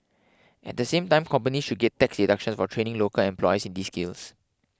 at the same time companies should get tax deductions for training local employees in these skills